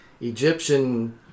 Egyptian